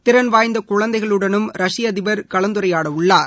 திறன் வாய்ந்தகுழந்தைகளுடனும் ரஷ்ய அதிபர் கலந்துரையாடவுள்ளார்